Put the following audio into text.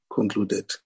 Concluded